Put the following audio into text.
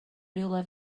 rywle